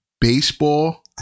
baseball